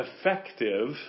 effective